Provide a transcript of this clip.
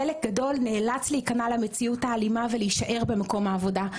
חלק גדול נאלץ להיכנע למציאות האלימה ולהישאר בעבודה.